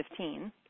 2015